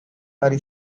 are